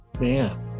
Man